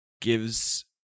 gives